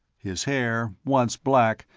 his hair, once black,